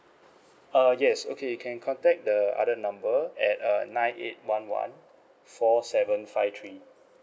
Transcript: uh yes okay can contact the other number at uh nine eight one one four seven five three